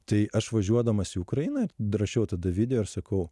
tai aš važiuodamas į ukrainą ruošiau tada video ir sakau